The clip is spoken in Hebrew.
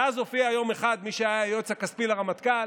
ואז הופיע יום אחד מי שהיה היועץ הכספי לרמטכ"ל,